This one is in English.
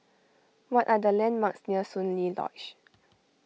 what are the landmarks near Soon Lee Lodge